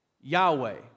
Yahweh